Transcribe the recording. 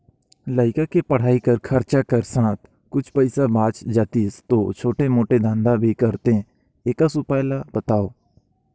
लइका के पढ़ाई कर खरचा कर साथ कुछ पईसा बाच जातिस तो छोटे मोटे धंधा भी करते एकस उपाय ला बताव?